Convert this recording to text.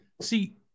See